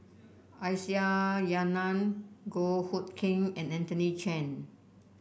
Aisyah Lyana Goh Hood Keng and Anthony Chen